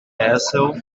aisle